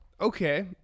Okay